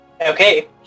Okay